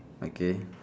okay